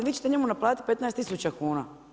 I vi ćete njemu naplatiti 15000 kuna.